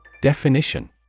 Definition